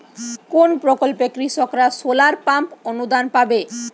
কোন প্রকল্পে কৃষকরা সোলার পাম্প অনুদান পাবে?